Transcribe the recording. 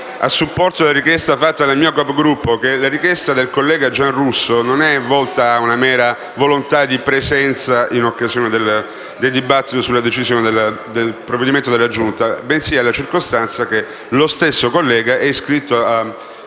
a supporto della richiesta avanzata dal mio Capogruppo, che la richiesta del collega Giarrusso non è determinata da una mera volontà di presenza in occasione del dibattito sul provvedimento della Giunta, bensì dalla circostanza che lo stesso collega intende